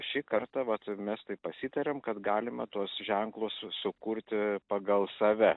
šį kartą vat mes taip pasitarėm kad galima tuos ženklus su sukurti pagal save